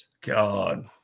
God